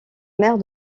mère